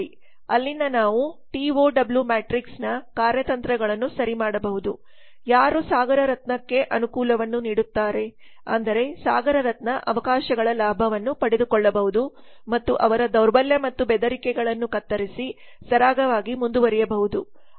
ಅಲ್ಲಿಂದ ನಾವು T O W ಮ್ಯಾಟ್ರಿಕ್ಸ್ನ ಕಾರ್ಯತಂತ್ರಗಳನ್ನು ಸರಿ ಮಾಡಬಹುದು ಯಾರು ಸಾಗರ್ ರತ್ನಕ್ಕೆ ಅನುಕೂಲವನ್ನು ನೀಡುತ್ತಾರೆ ಅಂದರೆ ಸಾಗರ್ ರತ್ನ ಅವಕಾಶಗಳ ಲಾಭವನ್ನು ಪಡೆದುಕೊಳ್ಳಬಹುದು ಮತ್ತು ಅವರ ದೌರ್ಬಲ್ಯ ಮತ್ತು ಬೆದರಿಕೆಗಳನ್ನು ಕತ್ತರಿಸಿ ಸರಾಗವಾಗಿ ಮುಂದುವರಿಯಬಹುದು